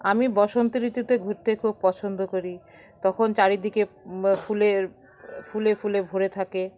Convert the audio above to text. আমি বসন্ত ঋতুতে ঘুরতে খুব পছন্দ করি তখন চারিদিকে ফুলে ফুলে ফুলে ভরে থাকে